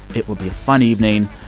it will be a fun evening.